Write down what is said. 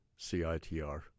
CITR